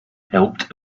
helped